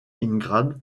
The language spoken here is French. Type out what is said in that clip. ingram